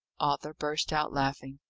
arthur burst out laughing.